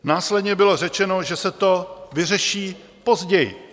Následně bylo řečeno, že se to vyřeší později.